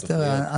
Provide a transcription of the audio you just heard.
אז תראה,